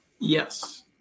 Yes